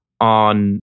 on